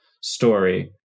story